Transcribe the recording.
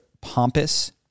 pompous